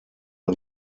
nur